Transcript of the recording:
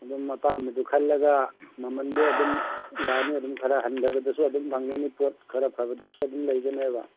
ꯑꯗꯨꯝ ꯑꯄꯥꯝꯕꯗꯨ ꯈꯜꯂꯒ ꯃꯃꯜꯗꯨ ꯑꯗꯨꯝ ꯌꯥꯅꯤ ꯑꯗꯨꯝ ꯈꯔ ꯍꯟꯊꯕꯁꯨ ꯑꯗꯨꯝ ꯐꯪꯒꯅꯤ ꯈꯔ ꯐꯕꯗꯁꯨ ꯑꯗꯨꯝ ꯂꯩꯒꯅꯦꯕ